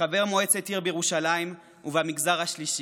כחבר מועצת העיר ירושלים ובמגזר השלישי.